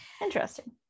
interesting